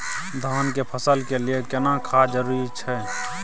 धान के फसल के लिये केना खाद जरूरी छै?